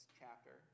chapter